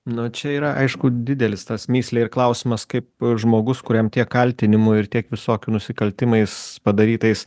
na čia yra aišku didelis tas mįslė ir klausimas kaip žmogus kuriam tiek kaltinimų ir tiek visokių nusikaltimais padarytais